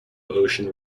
ocean